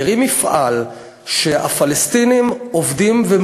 תראי מפעל שהפלסטינים עובדים בו והם